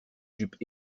jupes